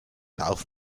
darf